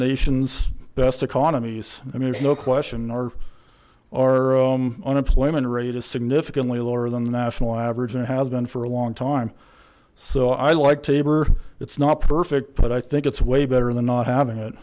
nation's best economies i mean there's no question our our unemployment rate is significantly lower than the national average and has been for a long time so i like taber it's not perfect but i think it's way better than not having it